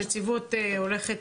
הנציבות הולכת